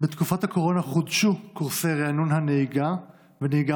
בתקופת הקורונה חודשו קורסי ריענון הנהיגה והנהיגה